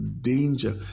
danger